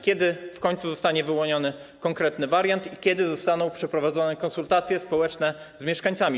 Kiedy w końcu zostanie wyłoniony konkretny wariant i kiedy zostaną przeprowadzone konsultacje społeczne z mieszkańcami?